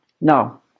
No